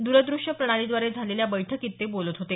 दरदृश्य प्रणालीद्वारे झालेल्या बेठकीत ते बोलत होते